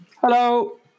Hello